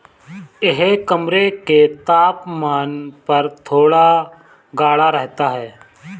यह कमरे के तापमान पर थोड़ा गाढ़ा रहता है